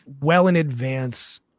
well-in-advance